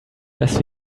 dass